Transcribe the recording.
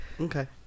Okay